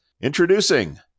Introducing